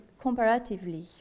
comparatively